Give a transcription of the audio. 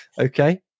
Okay